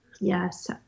Yes